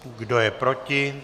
Kdo je proti?